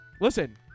Listen